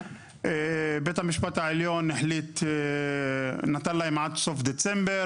בית המשפט העליון נתן להם עד סוף דצמבר